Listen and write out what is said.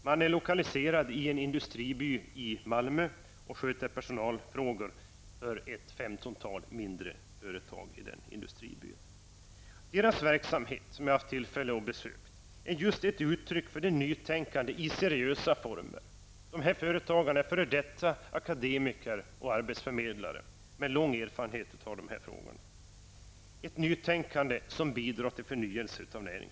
Det är lokaliserat i industriby i Malmö och sköter personalfrågor för ett för ett femtontal mindre företag i denna industriby. Jag har haft tillfälle att besöka företaget. Dess verksamhet är just ett uttryck för det nytänkande i seriösa former som bidrar till förnyelse av näringslivet. Dessa företagare är akademiker och f.d. arbetsförmedlare med lång erfarenhet på området.